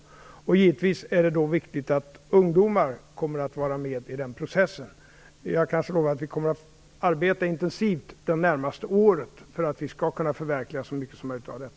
Givetvis är det då viktigt att ungdomar är med i den processen. Jag kan lova att vi det närmaste året intensivt kommer att arbeta för att vi skall kunna förverkliga så mycket som möjligt av detta.